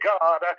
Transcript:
God